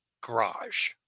garage